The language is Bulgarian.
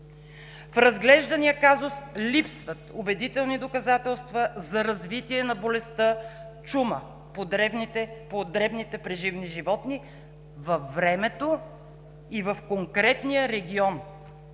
В разглеждания казус липсват убедителни доказателства за развитие на болестта чума по дребните преживни животни във времето и в конкретния регион